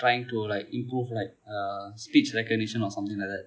trying to like improve like uh speech recognition or something like that